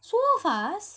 so fast